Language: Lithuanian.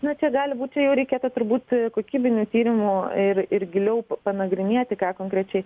na čia gali būt čia jau reikėtų turbūt kokybinių tyrimų ir ir giliau panagrinėti ką konkrečiai